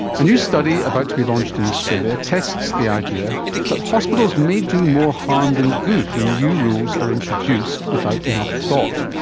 a new study about to be launched in australia australia tests the idea that hospitals may do more harm than good when new rules are introduced without enough thought.